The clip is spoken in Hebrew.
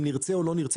אם נרצה או לא נרצה,